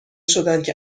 شدندکه